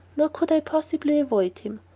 nor could i possibly avoid him.